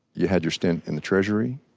you had your stint in the treasury.